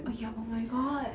oh ya oh my god